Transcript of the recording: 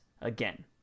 again